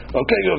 okay